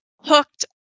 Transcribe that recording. hooked